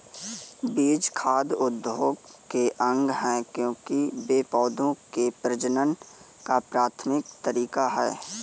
बीज खाद्य उद्योग के अंग है, क्योंकि वे पौधों के प्रजनन का प्राथमिक तरीका है